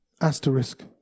Asterisk